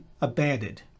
abandoned